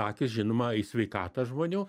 akys žinoma į sveikatą žmonių